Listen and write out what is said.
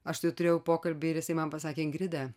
aš tai turėjau pokalbį ir jisai man pasakė ingrida